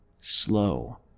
Slow